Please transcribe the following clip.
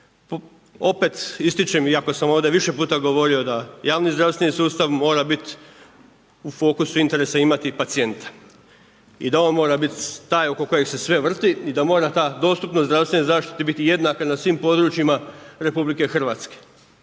Opet ističem, iako sam ovdje više puta govorio da javni zdravstveni sustav mora u fokusu interesa imati pacijenta i da on mora biti taj oko kojeg se sve vrti i da mora ta dostupnost zdravstvene zaštite biti jednaka na svim područjima RH.